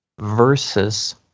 versus